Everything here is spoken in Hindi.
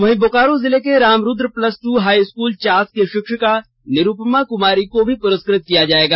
वहीं बोकारो जिले के Ram Rudra plus two high school Chas की शिक्षिका निरुपमा कुमारी को भी पुरस्कृत किया जायेगा